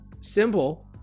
Simple